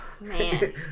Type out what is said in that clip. man